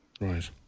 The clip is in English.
Right